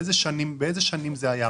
באיזה שנים זה היה,